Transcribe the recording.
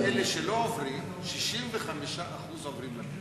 אלה שלא עוברים, 65% עוברים לפשע.